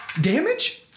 Damage